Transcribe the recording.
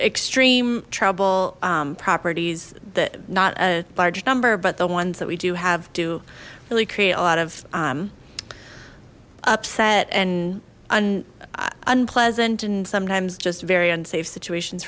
extreme trouble properties that not a large number but the ones that we do have do really create a lot of upset and an unpleasant and sometimes just very unsafe situations